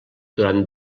durant